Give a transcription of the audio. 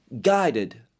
guided